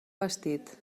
vestit